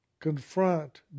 confront